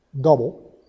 double